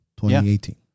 2018